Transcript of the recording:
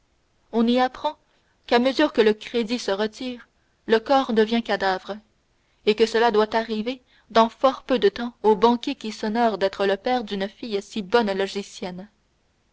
on y apprend qu'à mesure que le crédit se retire le corps devient cadavre et que cela doit arriver dans fort peu de temps au banquier qui s'honore d'être le père d'une fille si bonne